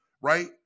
right